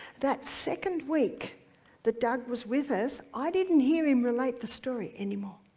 that second week that doug was with us i didn't hear him relate the story anymore.